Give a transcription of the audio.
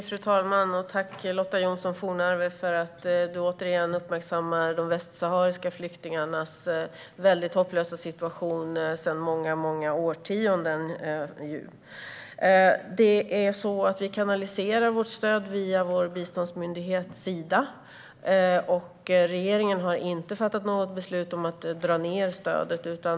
Fru talman! Tack, Lotta Johnsson Fornarve, för att du återigen uppmärksammar de västsahariska flyktingarnas väldigt hopplösa situation sedan många årtionden. Vi kanaliserar vårt stöd via vår biståndsmyndighet Sida. Regeringen har inte fattat något beslut om att dra ned stödet.